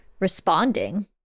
responding